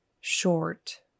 short